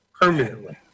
permanently